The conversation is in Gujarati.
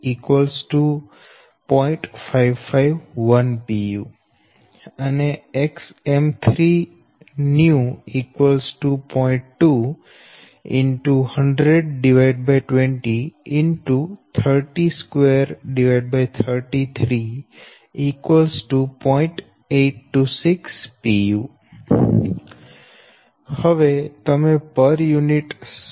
826 pu હવે તમે પર યુનિટ સર્કિટ ડાયાગ્રામ દોરી શકશો